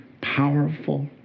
powerful